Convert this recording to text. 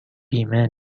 بیمه